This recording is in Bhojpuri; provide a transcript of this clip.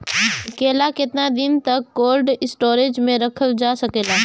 केला केतना दिन तक कोल्ड स्टोरेज में रखल जा सकेला?